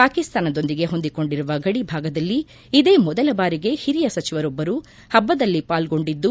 ಪಾಕಿಸ್ತಾನದೊಂದಿಗೆ ಹೊಂದಿಕೊಂಡಿರುವ ಗಡಿ ಭಾಗದಲ್ಲಿ ಇದೇ ಮೊದಲ ಬಾರಿಗೆ ಹಿರಿಯ ಸಚಿವರೊಬ್ಬರು ಹಬ್ಬದಲ್ಲಿ ಪಾಲ್ಗೊಂಡಿದ್ದು